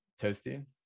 toasty